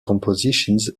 compositions